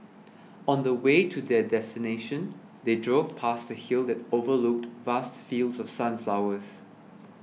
on the way to their destination they drove past a hill that overlooked vast fields of sunflowers